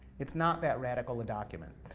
it's not that radical a document.